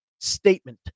statement